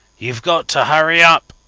youve got to hurry up,